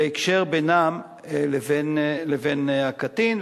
בקשר שבינם לבין הקטין,